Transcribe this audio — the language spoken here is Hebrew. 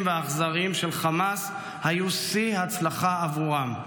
והאכזריים של חמאס היו שיא הצלחה עבורם.